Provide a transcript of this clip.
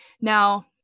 Now